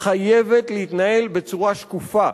חייב להתנהל בצורה שקופה.